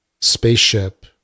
spaceship